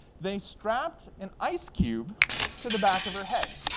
they strapped an ice cube to the back of her head,